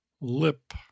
lip